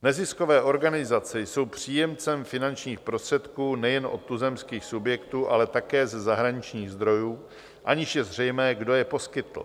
Neziskové organizace jsou příjemcem finančních prostředků nejen od tuzemských subjektů, ale také ze zahraničních zdrojů, aniž je zřejmé, kdo je poskytl.